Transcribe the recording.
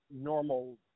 normal –